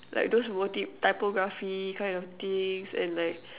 like those motif typography kind of things and like